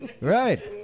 Right